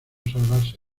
salvarse